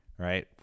Right